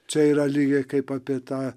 čia yra lygiai kaip apie tą